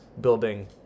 building